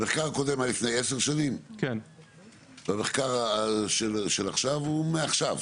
המחקר הקודם היה לפני 10 שנים והמחקר של עכשיו הוא מעכשיו,